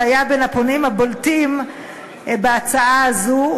שהיה בין הפונים הבולטים בהצעה הזאת,